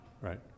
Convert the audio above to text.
right